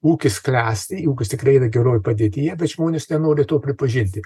ūkis klesti ūkis tikrai yra geroj padėtyje bet žmonės nenori to pripažinti